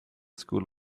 school